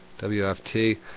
WFT